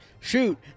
Shoot